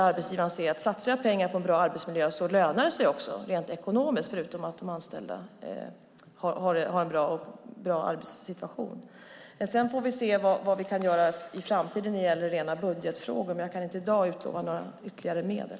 Arbetsgivarna ser att om de satsar pengar på en bra arbetsmiljö så lönar det sig rent ekonomiskt - utöver att de anställda får en bra arbetssituation. Vi får se vad vi kan göra i framtiden vad gäller rena budgetfrågor. Jag kan i dag inte utlova några ytterligare medel.